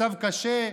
מצב קשה,